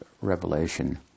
revelation